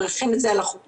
מריחים את זה על החופים.